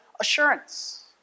assurance